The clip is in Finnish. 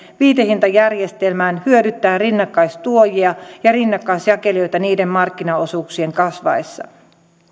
viitehintajärjestelmään hyödyttää rinnakkaistuojia ja rinnakkaisjakelijoita niiden markkinaosuuksien kasvaessa